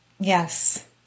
Yes